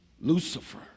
Lucifer